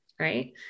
right